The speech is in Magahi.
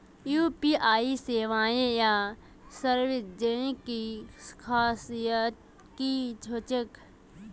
यु.पी.आई सेवाएँ या सर्विसेज की खासियत की होचे?